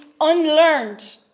unlearned